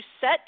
set